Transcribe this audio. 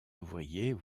ouvriers